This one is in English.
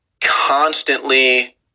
constantly